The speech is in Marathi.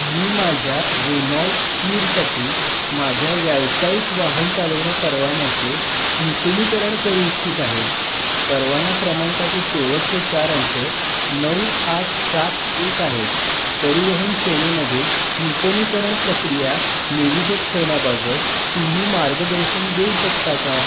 मी माझ्या रेनॉल्ड क्विडसाठी माझ्या व्यावसायिक वाहन चालवणे परवान्याचे नूतनीकरण करू इच्छित आहे परवाना क्रमांकाचे शेवटचे चार अंक नऊ आठ सात एक आहे परिवहन सेवेमध्ये नूतनीकरण प्रक्रिया नेव्हिगेट करण्याबाबत तुम्ही मार्गदर्शन देऊ शकता का